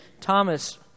Thomas